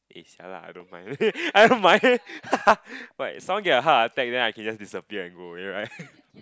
eh sia lah I don't mind I don't mind but if someone get a heart attack then I can just disappear and go away right